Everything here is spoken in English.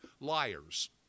liars